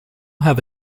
have